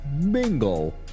mingle